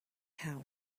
how